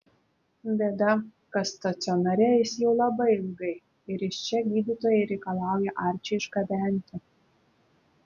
bėda kas stacionare jis jau labai ilgai ir iš čia gydytojai reikalauja arčį išgabenti